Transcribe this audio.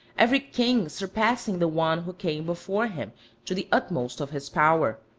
every king surpassing the one who came before him to the utmost of his power,